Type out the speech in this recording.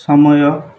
ସମୟ